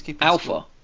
alpha